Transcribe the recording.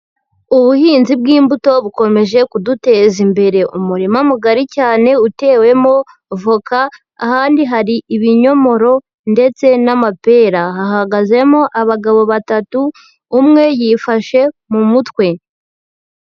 Ubuhinzi bw'imbuto bukomeje kuduteza imbere. Umurima mugari cyane, utewemo voka, ahandi hari ibinyomoro ndetse n'amapera. Hahagazemo abagabo batatu umwe yifashe mu mutwe.